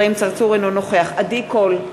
אינו נוכח עדי קול,